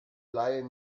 laie